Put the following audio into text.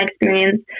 experience